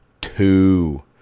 Two